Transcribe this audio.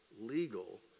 legal